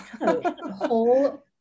whole